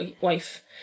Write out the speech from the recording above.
wife